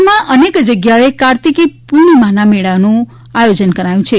રાજ્યમાં અનેક જગ્યાએ કાર્તિકી પૂર્ણિમાના લોકમેળાનું આયોજન કરાયું છે